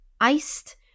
iced